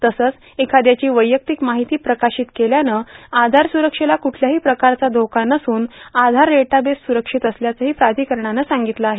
तसंच एखाद्याची वैयक्तिक माहिती प्रकाशित केल्यानं आधार सुरक्षेला कुठल्याही प्रकारचा धोका नसून आधार डेदाबेस सुरक्षित असल्याचंही प्राधिकरणानं म्हटलं आहे